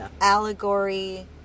Allegory